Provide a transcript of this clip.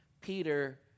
Peter